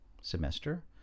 semester